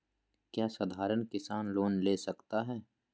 क्या साधरण किसान लोन ले सकता है?